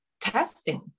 testing